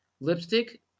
Lipstick